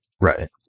Right